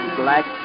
black